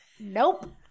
Nope